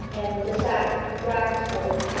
and the sack dragged forth.